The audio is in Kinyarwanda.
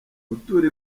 gutura